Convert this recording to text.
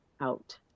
out